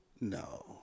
No